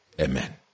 amen